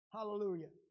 Hallelujah